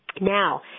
Now